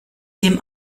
dem